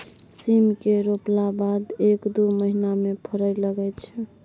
सीम केँ रोपला बाद एक दु महीना मे फरय लगय छै